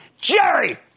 Jerry